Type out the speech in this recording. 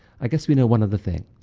i guess we know one other thing.